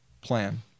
plan